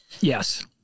Yes